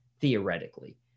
theoretically